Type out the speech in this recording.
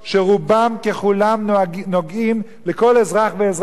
שרובן ככולן נוגעות בכל אזרח ואזרח,